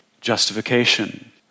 justification